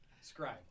scribe